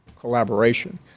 collaboration